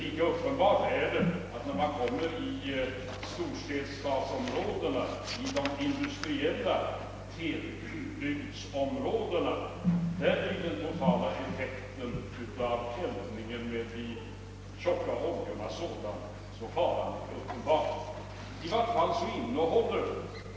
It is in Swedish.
Lika uppenbart är det att i storstadsområdena, i de industriella tätbygdsområdena, blir den totala effekten av eldning med tjocka oljor sådan att faran är uppenbar.